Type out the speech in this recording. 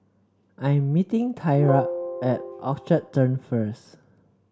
I'm meeting Thyra at Orchard Turn first